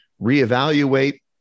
reevaluate